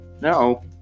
No